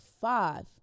five